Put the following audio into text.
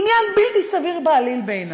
עניין בלתי סביר בעליל בעיני.